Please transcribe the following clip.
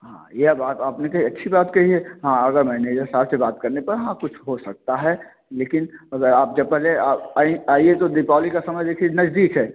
हाँ यह बात अपने कही अच्छी बात कही है अगर मैं मनेजर साहब के साथ से बात करने पर हाँ कुछ हो सकता है लेकिन अगर आपके जब पहले आ आइए तो दीपावली का समय देखिए नज़दीक है